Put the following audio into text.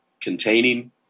containing